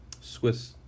Swiss